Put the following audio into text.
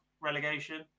relegation